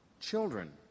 children